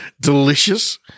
delicious